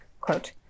quote